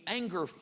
anger